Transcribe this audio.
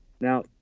Now